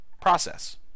process